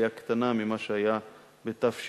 עלייה קטנה ממה שהיה בתשע"א.